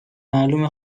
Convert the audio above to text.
معلومه